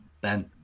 Ben